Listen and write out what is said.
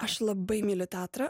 aš labai myliu teatrą